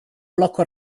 blocco